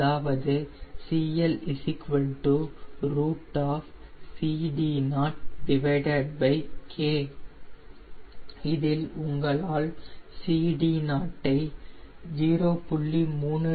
அதாவது CL CD0K இதில் உங்களால் CD0 ஐ 0